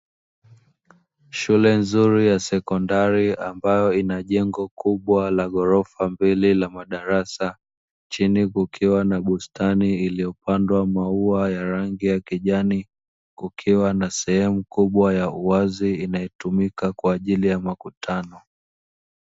Shule nzuri ya sekondari ambayo ina jengo kubwa la ghorofa mbili la madarasa, chini kukiwa na bustani iliyopandwa maua ya rangi ya kijani kukiwa na sehemu kubwa ya uwazi inayotumika kwa ajili ya makutano.